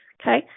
okay